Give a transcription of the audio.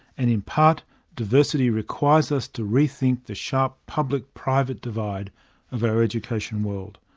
and in part diversity requires us to rethink the sharp public private divide of our education world.